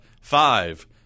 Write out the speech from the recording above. five